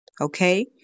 Okay